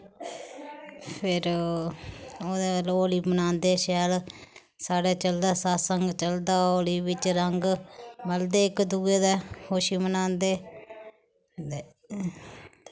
फिर ओह्दे बाद होली बनांदे शैल साढ़ै चलदा सत्संग चलदा होली बिच्च रंग मलदे इक दुए दे खुशी बनांदे ते